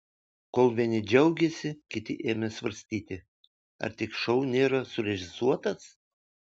kol vieni džiaugėsi kiti ėmė svarstyti ar tik šou nėra surežisuotas